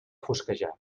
fosquejar